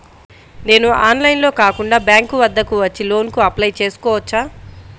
నేను ఆన్లైన్లో కాకుండా బ్యాంక్ వద్దకు వచ్చి లోన్ కు అప్లై చేసుకోవచ్చా?